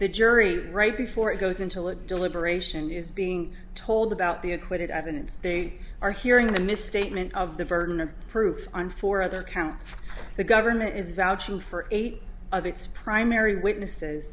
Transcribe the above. the jury right before it goes into live deliberation is being told about the acquitted evidence they are hearing a misstatement of the burden of proof on four other counts the government is vouching for eight of its primary witnesses